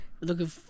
looking